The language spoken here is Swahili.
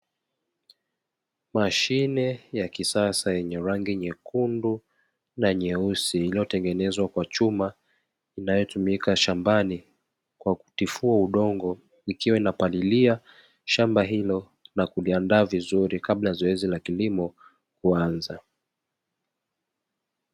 Mashine ya kisasa yenye rangi nyekundu na nyeusi iliyotengenezwa kwa chuma inayotumika shambani kwa kutifua udongo, ikiwa inapalilia shamba hilo na kuliandaa vizuri kabla ya zoezi la kilimo kuanza.